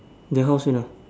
the house you know